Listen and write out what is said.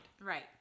right